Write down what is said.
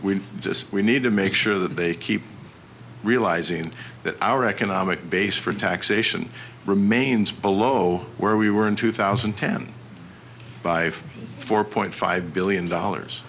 we just we need to make sure that they keep realizing that our economic base for taxation remains below where we were in two thousand and ten by four point five billion dollars